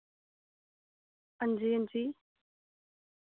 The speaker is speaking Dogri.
हां जी हां जी